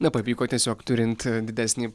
na pavyko tiesiog turint didesnį